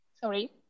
sorry 。